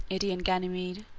idaean ganymede,